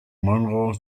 monroe